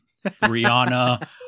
Rihanna